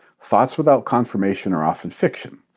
thoughts without confirmation are often fiction.